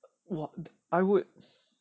what I would